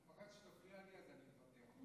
אני מפחד שתפריע לי, אז אני מוותר.